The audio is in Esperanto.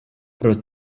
pro